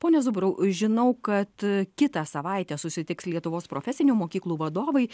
pone zubrau žinau kad kitą savaitę susitiks lietuvos profesinių mokyklų vadovai